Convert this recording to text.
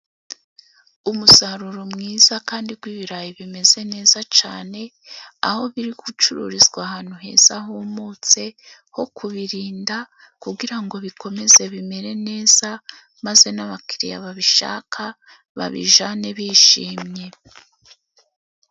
Umusaruro mwiza, kandi w'ibirayi bimeze neza cyane, aho biri gucururizwa ahantu heza, humutse, ho kubirinda kugira ngo bikomeze bimere neza, maze n'abakiriya babishaka babijyane bishimye.